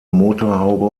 motorhaube